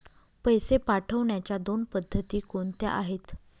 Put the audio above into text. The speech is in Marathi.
पैसे पाठवण्याच्या दोन पद्धती कोणत्या आहेत?